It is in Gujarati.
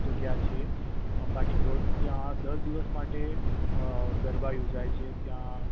જગ્યા છે પાર્ટીપ્લોટ ત્યાં દસ દિવસ માટે ગરબા યોજાય છે ત્યાં